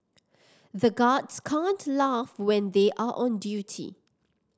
the guards can't laugh when they are on duty